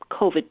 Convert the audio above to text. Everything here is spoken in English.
COVID